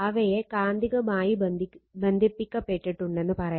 അവയെ കാന്തികമായി ബന്ധിപ്പിക്കപ്പെട്ടിട്ടുണ്ടെന്ന് പറയാം